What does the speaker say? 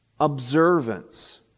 observance